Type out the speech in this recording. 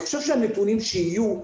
אני חושב שהנתונים שיהיו,